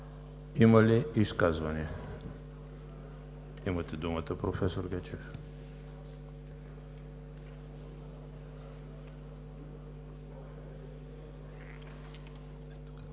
Има ли изказвания? Имате думата, професор Гечев.